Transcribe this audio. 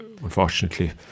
unfortunately